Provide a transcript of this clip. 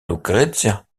lucrezia